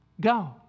Go